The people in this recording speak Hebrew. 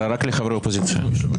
אבל רק לחברי אופוזיציה.